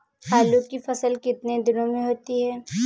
आलू की फसल कितने दिनों में होती है?